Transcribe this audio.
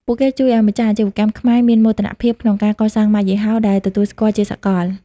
ពួកគេជួយឱ្យម្ចាស់អាជីវកម្មខ្មែរមាន "មោទនភាព" ក្នុងការកសាងម៉ាកយីហោដែលទទួលស្គាល់ជាសកល។